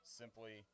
simply